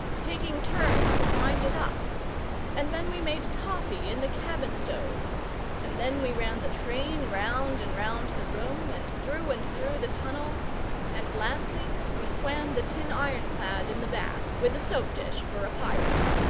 taking turns to wind it up and then we made toffee in the cabin-stove and then we ran the train round and round the room, and through and through the tunnel and lastly we swam the tin ironclad in the bath, with the soap-dish for a pirate.